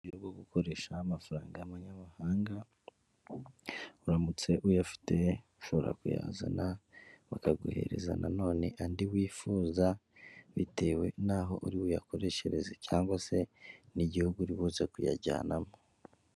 Uburyo bwo gukoresha amafaranga y'amanyabuhanga, uramutse uyafite ushobora kuyazana bakaguhereza na none andi wifuza, bitewe n'aho uri buyakoreshereze cyangwa se n'igihugu uri buze kuyajyanamo.